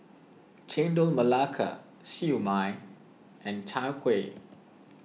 Chendol Melaka Siew Mai and Chai Kuih